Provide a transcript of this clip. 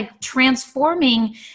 transforming